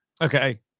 Okay